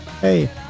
Hey